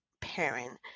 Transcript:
parent